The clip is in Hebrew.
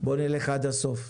"בוא נלך עד הסוף",